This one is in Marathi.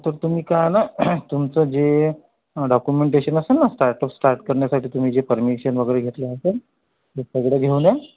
तर तुम्ही काय आहे ना तुमचं जे डॉक्युमेंटेशन असेल ना स्टार्टअप स्टार्ट करण्यासाठी तुम्ही जे परमिशन वगैरे घेतलं असेल ते सगळं घेऊन या